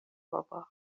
بابا